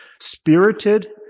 spirited